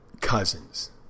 cousins